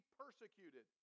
persecuted